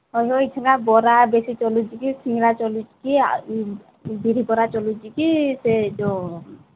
ଆମର ଏଇଖିନା ବରା ବେଶୀ ଚଲୁଛି କି ସିଙ୍ଗଡ଼ା ଚାଲୁଛି କି ଆ ବିରି ବରା ଚଳୁଛି କି ସେ ଯୋଉ